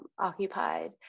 occupied